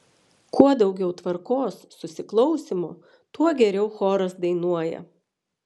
kuo daugiau tvarkos susiklausymo tuo geriau choras dainuoja